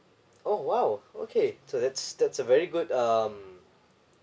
oh !wow! okay so that's that's a very good um